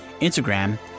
Instagram